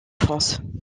france